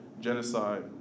genocide